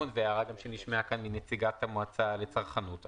והערה גם שנשמעה כאן מנציגת המועצה לצרכנות.